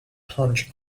punch